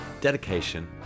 dedication